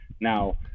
Now